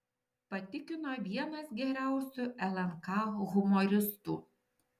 patikino vienas geriausių lnk humoristų